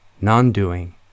non-doing